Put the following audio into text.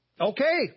Okay